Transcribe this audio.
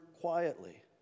quietly